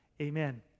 Amen